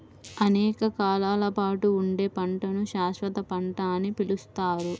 అనేక కాలాల పాటు ఉండే పంటను శాశ్వత పంట అని పిలుస్తారు